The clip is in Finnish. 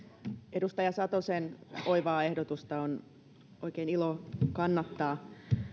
edustaja satosen oivaa ehdotusta on oikein ilo kannattaa